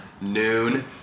noon